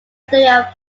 exterior